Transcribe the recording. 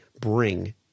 bring